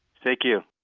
thank you